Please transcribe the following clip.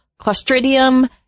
Clostridium